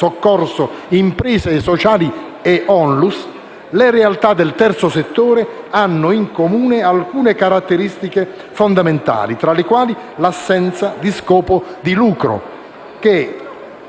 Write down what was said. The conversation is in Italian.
imprese sociali e ONLUS), le realtà del terzo settore hanno in comune alcune caratteristiche fondamentali, tra le quali l'assenza di scopo di lucro, che si